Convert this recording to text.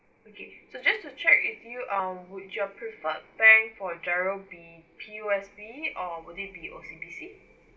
okay so just to check with you um would your preferred bank for GIRO be P_O_S_B or would it be O_C_B_C